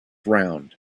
round